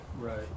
Right